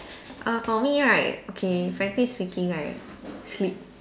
uh for me right okay frankly speaking right sleep